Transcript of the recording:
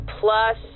plus